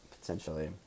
Potentially